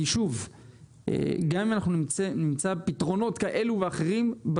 גם אם אנחנו נמצא פתרונות כאלו ואחרים,